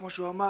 כמו שהוא אמר,